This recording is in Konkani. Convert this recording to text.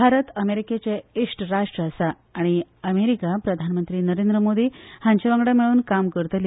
भारत अमेरिकेचे इश्ट राष्ट्र आसा आनी अमेरिका प्रधानमंत्री नरेंद्र मोदी हांचे वांगडा मेळून काम करतली